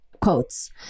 quotes